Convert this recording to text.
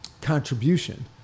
contribution